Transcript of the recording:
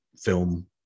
film